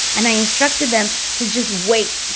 and i instructed them to just wait.